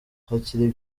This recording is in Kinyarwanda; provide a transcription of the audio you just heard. hari